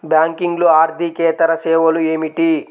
బ్యాంకింగ్లో అర్దికేతర సేవలు ఏమిటీ?